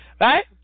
Right